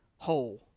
whole